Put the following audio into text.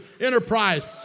enterprise